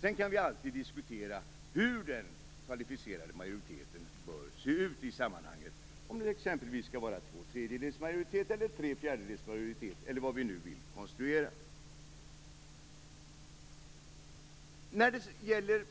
Sedan kan vi alltid diskutera hur den kvalificerade majoriteten bör se ut i sammanhanget - om det exempelvis skall vara två tredjedels majoritet, tre fjärdedels majoritet eller vad vi nu vill konstruera. När det gäller